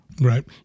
Right